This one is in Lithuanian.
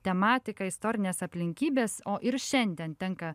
tematika istorinės aplinkybės o ir šiandien tenka